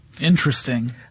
Interesting